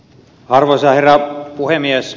arvoisa herra puhemies